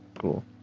Cool